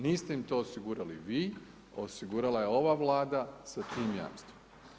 Niste im to osigurali vi, osigurala je ova Vlada sa tim jamstvima.